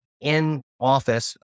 in-office